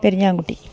പെരിഞ്ഞാകുട്ടി